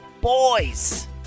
boys